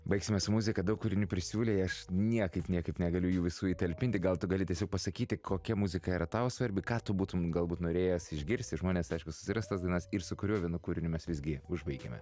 baigsime su muzika daug kūrinių prisiūlei aš niekaip niekaip negaliu jų visų įtalpinti gal tu gali tiesiog pasakyti kokia muzika yra tau svarbi ką tu būtum galbūt norėjęs išgirsti žmonės aišku susiras tas dainas ir su kuriuo vienu kūriniu mes visgi užbaikime